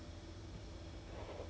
ah